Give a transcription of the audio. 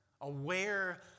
aware